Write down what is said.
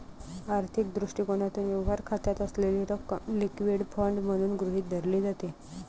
आर्थिक दृष्टिकोनातून, व्यवहार खात्यात असलेली रक्कम लिक्विड फंड म्हणून गृहीत धरली जाते